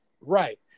Right